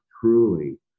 truly